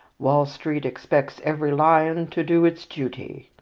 wall street expects every lion to do its duty!